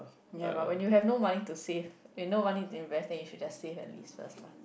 ya but when you have no money to save you no money to invest then you should save at least first lah